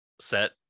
set